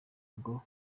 ngo